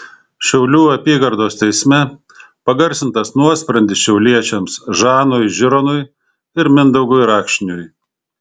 šiaulių apygardos teisme pagarsintas nuosprendis šiauliečiams žanui žironui ir mindaugui rakšniui